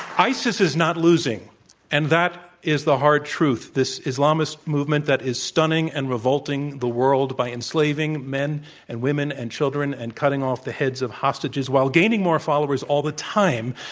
isis is not losing and that is the hard truth. this islamist movement that is stunning and revolting the world by enslaving men and women and children and cutting off the heads of hostages while gaining more followers all the time,